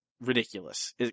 ridiculous